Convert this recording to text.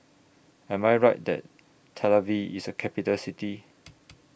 Am I Right that Tel Aviv IS A Capital City